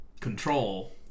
control